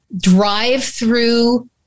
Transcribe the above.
drive-through